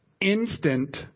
instant